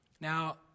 Now